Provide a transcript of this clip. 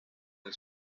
del